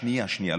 שנייה, שנייה.